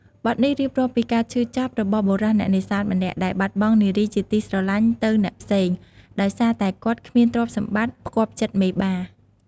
បទនេះរៀបរាប់ពីការឈឺចាប់របស់បុរសអ្នកនេសាទម្នាក់ ដែលបាត់បង់នារីជាទីស្រឡាញ់ទៅអ្នកផ្សេង ដោយសារតែគាត់គ្មានទ្រព្យសម្បត្តិផ្គាប់ចិត្តមេបា។